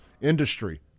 industry